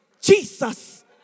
Jesus